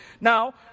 Now